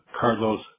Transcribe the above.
Carlos